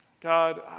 God